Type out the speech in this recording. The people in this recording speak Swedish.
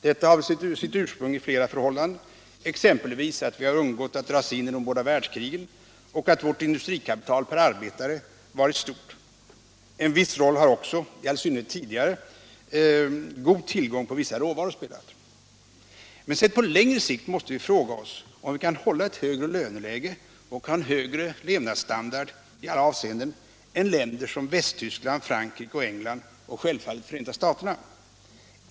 Detta har sitt ursprung i flera förhållanden, exempelvis att vi har undgått att dras in i de båda världskrigen, och att vårt industrikapital per arbetare varit stort. En viss roll har också i all synnerhet tidigare god tillgång på flera råvaror spelat. Men sett på längre sikt måste vi fråga oss om vi kan hålla ett högre löneläge och ha en högre levnadsstandard i alla avseenden än länder som Västtyskland, Frankrike, England och självfallet Förenta staterna.